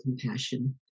compassion